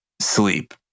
sleep